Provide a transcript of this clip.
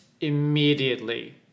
immediately